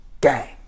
Gang